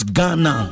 Ghana